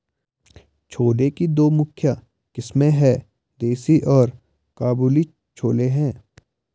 छोले की दो मुख्य किस्में है, देसी और काबुली छोले हैं